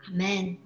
Amen